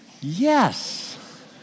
Yes